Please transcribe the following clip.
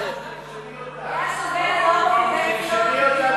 תרשמי אותה,